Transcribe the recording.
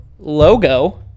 logo